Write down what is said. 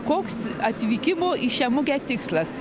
koks atvykimo į šią mugę tikslas